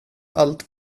allt